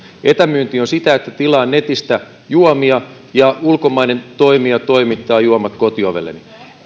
etämyynti on sitä että tilaa netistä juomia ja ulkomainen toimija toimittaa juomat kotiovelleni